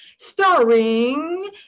Starring